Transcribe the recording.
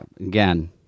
again